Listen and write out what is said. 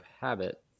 habit